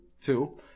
two